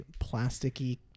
plasticky